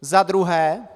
Za druhé.